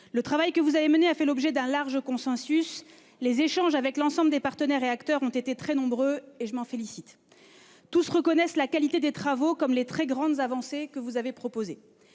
Le travail que vous avez mené a fait l'objet d'un large consensus. Les échanges avec l'ensemble des partenaires et des acteurs ont été très nombreux, et je m'en félicite. Tous reconnaissent la qualité des travaux comme les très grandes avancées que vous avez proposées.